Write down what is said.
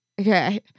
okay